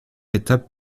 étape